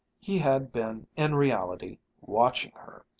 he had been in reality watching her,